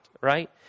right